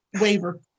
waiver